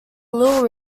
little